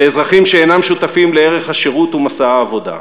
לאזרחים שאינם שותפים לערך השירות ומשא העבודה.